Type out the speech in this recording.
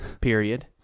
period